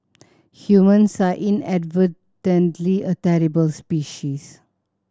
humans are inadvertently a terrible species